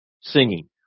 Singing